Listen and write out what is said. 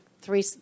three